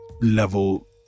level